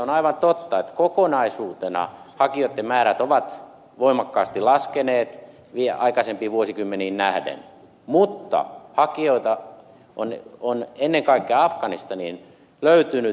on aivan totta että kokonaisuutena hakijoitten määrät ovat voimakkaasti laskeneet aikaisempiin vuosikymmeniin nähden mutta hakijoita on ennen kaikkea afganistaniin löytynyt